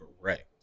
correct